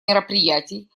мероприятий